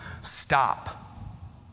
Stop